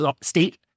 state